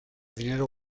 dinero